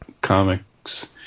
comics